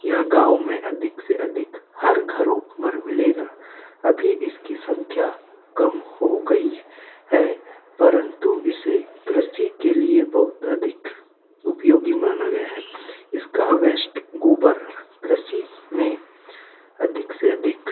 यह गाँव में अधिक से अधिक हर घरों पर मिलेगा अभी इसकी संख्या कम हो गई है परंतु इसे कृषि के लिए बहुत अधिक उपयोगी माना गया है इसका वेस्ट गोबर कृषि में अधिक से अधिक